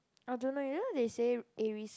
I don't know you know they say Aries